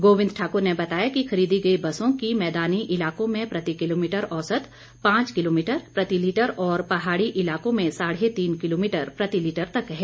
गोबिंद ठाकुर ने बताया कि खरीदी गई बसों की मैदानी इलाकों में प्रतिकिलोमीटर औसत पांच किलोमीटर प्रतिलिटर और पहाड़ी इलाकों में साढ़े तीन किलोमीटर प्रतिलिटर तक है